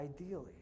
ideally